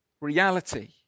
reality